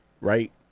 right